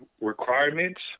requirements